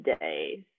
days